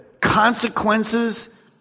consequences